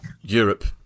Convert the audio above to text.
Europe